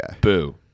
Boo